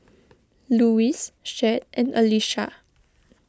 Lois Chet and Alisha